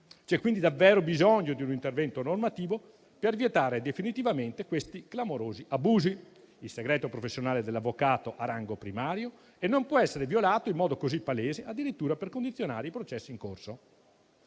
C'è quindi davvero bisogno di vietare definitivamente questi clamorosi abusi. Il segreto professionale dell'avvocato ha rango primario e non può essere violato in modo così palese, addirittura per condizionare i processi in corso.